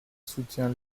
soutient